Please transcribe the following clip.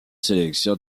sélection